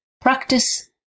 Practice